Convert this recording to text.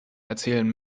erzählen